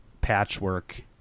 patchwork